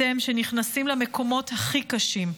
אתם, שנכנסים למקומות הכי קשים,